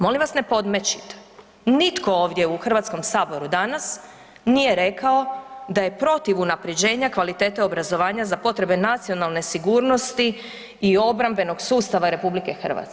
Molim vas ne podmećite, nitko ovdje u HS danas nije rekao da je protiv unaprjeđenja kvalitete obrazovanja za potrebe nacionalne sigurnosti i obrambenog sustava RH.